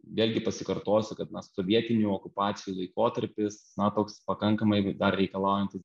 vėlgi pasikartosiu kad na sovietinių okupacijų laikotarpis na toks pakankamai dar reikalaujantis